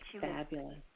fabulous